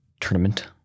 tournament